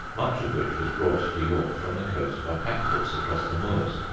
much of which was brought to york from the coast by pack-horse across the moors.